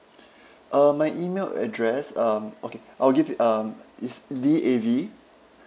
uh my email address um okay I'll give you um it's D A V